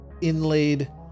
inlaid